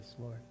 Lord